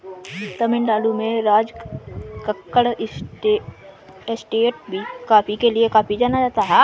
तमिल नाडु में राजकक्कड़ एस्टेट भी कॉफी के लिए काफी जाना जाता है